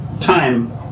time